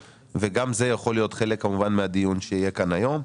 וגם זה יכול להיות חלק מהדיון שיהיה כאן היום.